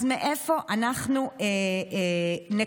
אז מאיפה אנחנו נקצץ?